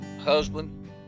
husband